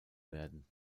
werden